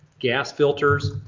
gas filters,